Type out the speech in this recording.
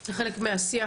זה חלק מהשיח